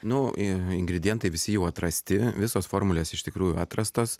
nu in ingredientai visi jų atrasti visos formulės iš tikrųjų atrastos